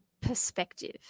perspective